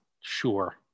Sure